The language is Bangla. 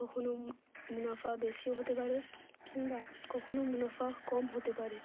কখনো মু মুনাফা বেশিও হতে পারে কিম্বা কখনো মুনাফা কম হতে পারে